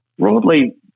Broadly